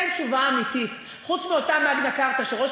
אין תשובה אמיתית חוץ מאותה "מגנה כרטה" שראש